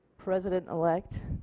president-elect